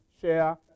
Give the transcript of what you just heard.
share